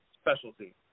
specialty